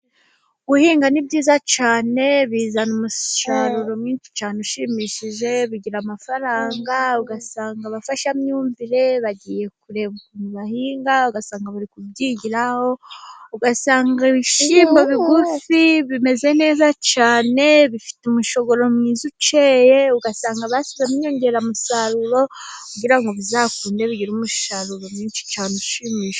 Guhinga ni byiza cyane, bizana umusaruro mwinshi cyane ushimishije, bigira amafaranga, ugasanga abafashamyumvire bagiye kureba ukuntu bahinga, ugasanga bari kubyigiraho, ugasanga ibishyimbo bigufi bimeze neza cyane, bifite umushogoro mwiza ukeye ,ugasanga bashyizemo inyongeramusaruro, kugira bizakunde bigire umusaruro mwinshi cyane ushimishije.